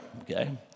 okay